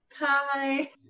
Hi